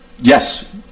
Yes